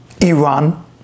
iran